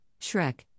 Shrek